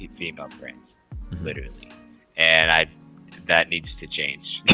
it seemed um brings literally and i that needs to change